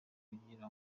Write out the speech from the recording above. kugira